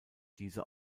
diese